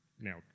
Now